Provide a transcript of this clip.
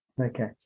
okay